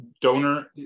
donor